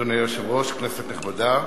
אדוני היושב-ראש, כנסת נכבדה,